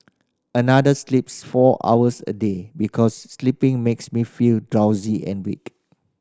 another sleeps four hours a day because sleeping makes me feel drowsy and weak